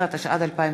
19), התשע"ד 2014,